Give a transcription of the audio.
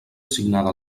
assignada